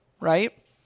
right